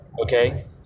okay